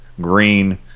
green